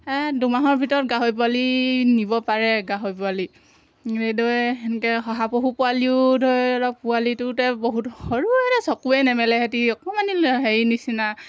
দুমাহৰ ভিতৰত গাহৰি পোৱালি নিব পাৰে গাহৰি পোৱালি এইদৰে সেনেকৈ শহাপহু পোৱালিও ধৰি লওক পোৱালিটোতে বহুত সৰু চকুৱে নেমেলে সিহঁতি অকণমানি হেৰি নিচিনা